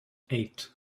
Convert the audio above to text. eight